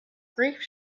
grief